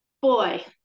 boy